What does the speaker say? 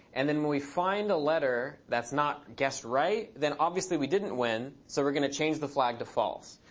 and then when we find the letter that's not guessed right, then obviously we didn't win. so we're going to change the flag to false.